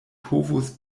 povos